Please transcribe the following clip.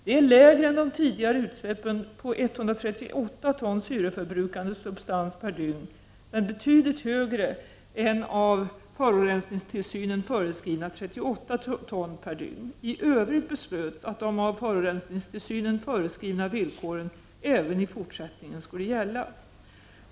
Det är lägre än de tidigare utsläppen på 138 ton syreförbrukande substans per dygn men betydligt högre än av forurensningstilsynens föreskrivna 38 ton per dygn. I övrigt beslöts att de av forurensningstilsynen föreskrivna villkoren även i fortsättningen skulle gälla.